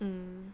mm